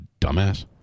dumbass